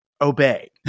obey